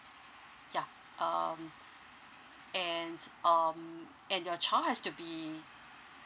yeah um and um and your child has to be